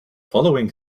following